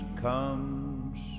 comes